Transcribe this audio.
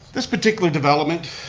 this particular development,